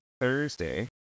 Thursday